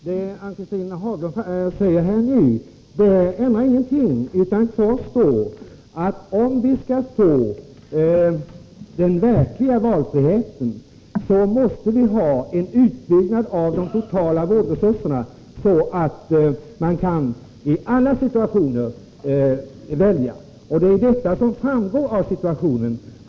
Herr talman! Det Ann-Cathrine Haglund säger nu ändrar ingenting, utan — vissa socialtjänstkvar står att om vi skall få den verkliga valfriheten, måste vi ha en utbyggnad frågor av de totala vårdresurserna, så att man kan välja i alla situationer.